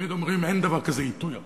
תמיד אומרים: אין דבר כזה עיתוי החוק.